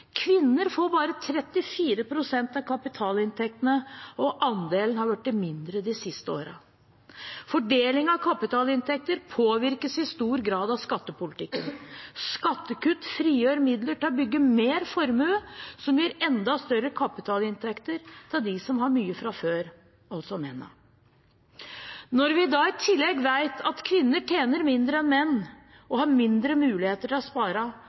Kvinner får bare 34 pst. av kapitalinntektene, og andelen har blitt mindre de siste årene. Fordeling av kapitalinntekter påvirkes i stor grad av skattepolitikken. Skattekutt frigjør midler til å bygge mer formue, som gir enda større kapitalinntekter til dem som har mye fra før, altså mennene. Når vi da i tillegg vet at kvinner tjener mindre enn menn, og har mindre mulighet til å spare,